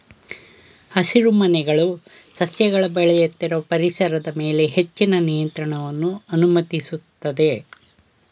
ಹಸಿರುಮನೆಗಳು ಸಸ್ಯಗಳ ಬೆಳೆಯುತ್ತಿರುವ ಪರಿಸರದ ಮೇಲೆ ಹೆಚ್ಚಿನ ನಿಯಂತ್ರಣವನ್ನು ಅನುಮತಿಸ್ತದೆ